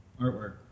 artwork